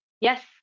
yes